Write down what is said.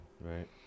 Right